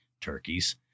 turkeys